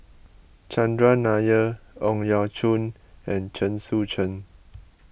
Chandran Nair Ang Yau Choon and Chen Sucheng